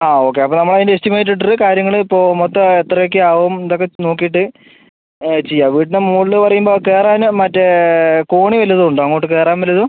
ആ ഓക്കെ അപ്പം നമ്മൾ അതിൻ്റെ എസ്റ്റിമേറ്റ് ഇട്ടിട്ട് കാര്യങ്ങൾ ഇപ്പോൾ മൊത്തം എത്ര ഒക്കെ ആവും ഇതൊക്കെ നോക്കീട്ട് ചെയ്യാം വീട്ടിൻ്റ മുകളിൽ പറയുമ്പം കയറാൻ മറ്റേ കോണി വല്ലതും ഉണ്ടോ അങ്ങോട്ട് കയറാൻ വല്ലതും